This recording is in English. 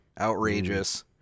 Outrageous